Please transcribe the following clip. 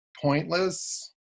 pointless